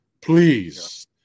Please